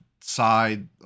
side